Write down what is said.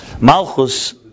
Malchus